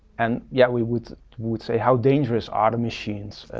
and yeah we would would say how dangerous auto machines,